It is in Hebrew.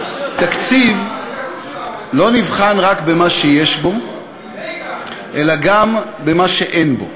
תקציב לא נבחן רק במה שיש בו, אלא גם במה שאין בו.